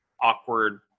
awkward